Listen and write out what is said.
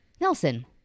nelson